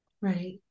right